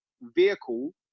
vehicle